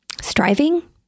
striving